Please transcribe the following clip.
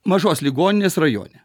mažos ligoninės rajone